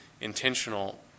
intentional